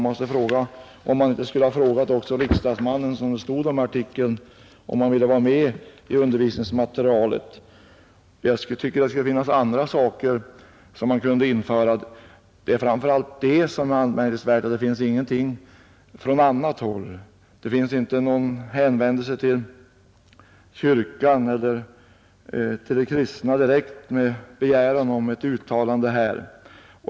Man borde väl ha frågat riksdagsmannen, som det stod om i artikeln, om han ville vara med i undervisningsmaterialet. Jag tycker att det skulle finnas andra saker som man kunde införa. Framför allt är det anmärkningsvärt att det inte finns någonting från annat håll. Det finns inte någon hänvändelse till kyrkan eller till de kristna med begäran om ett uttalande.